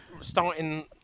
starting